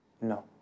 No